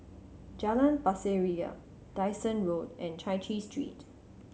Jalan Pasir Ria Dyson Road and Chai Chee Street